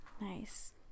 Nice